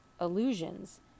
illusions